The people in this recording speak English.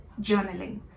journaling